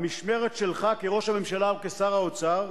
המשמרת שלך, כראש הממשלה וכשר האוצר,